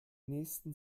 nächsten